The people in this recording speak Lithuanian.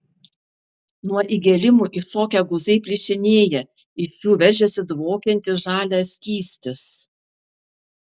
nuo įgėlimų iššokę guzai plyšinėja iš jų veržiasi dvokiantis žalias skystis